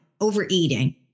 overeating